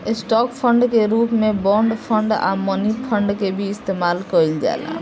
stock fund के रूप में बॉन्ड फंड आ मनी फंड के भी इस्तमाल कईल जाला